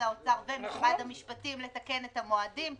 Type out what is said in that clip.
האוצר ומשרד המשפטים לתקן את המועדים.